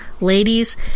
ladies